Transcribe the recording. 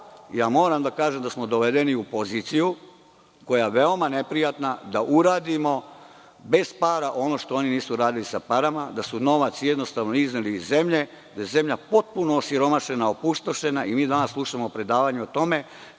moram da kažem da smo dovedeni u poziciju koja je veoma neprijatna, da uradimo bez para ono što oni nisu uradili sa parama. Novac su jednostavno izneli iz zemlje, zemlja je potpuno osiromašena, opustošena i mi danas slušamo predavanja o tome